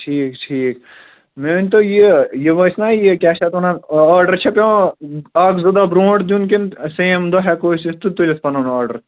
ٹھیٖک ٹھیٖک مےٚ ؤنۍتو یہِ یِم ٲسۍ نا یہِ کیٛاہ چھِ اَتھ وَنان آرڈَر چھےٚ پٮ۪وان اَکھ زٕ دۄہ برونٛٹھ دیُن کِنۍ سیم دۄہ ہٮ۪کو أسۍ یِتھ تہٕ تُلِتھ پَنُن آرڈَر